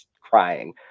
crying